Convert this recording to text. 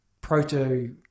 proto